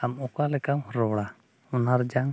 ᱟᱢ ᱚᱠᱟ ᱞᱮᱠᱟᱢ ᱨᱚᱲᱟ ᱚᱱᱟ ᱨᱮᱭᱟᱜ